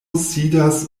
sidas